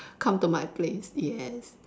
come to my place yes